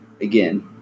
Again